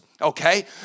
okay